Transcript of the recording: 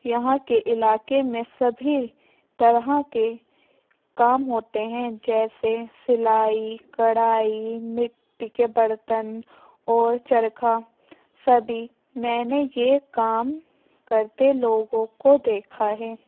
یہاں کے علاقے میں سبھی طرح کے کام ہوتے ہیں جیسے سلائی کڑھائی مٹی کے برتن اور چرخہ سبھی میں نے یہ کام کرتے لوگوں کو دیکھا ہے